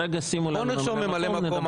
בוא נרשום ממלא מקום,